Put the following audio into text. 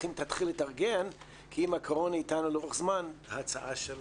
הם מתכננים להתארגן כי אם הקורונה איתנו לאורך זמן ההצעה של